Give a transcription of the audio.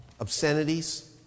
obscenities